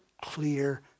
clear